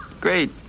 Great